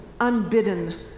unbidden